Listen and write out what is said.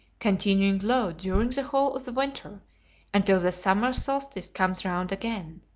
continuing low during the whole of the winter until the summer solstice comes round again.